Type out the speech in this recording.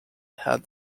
had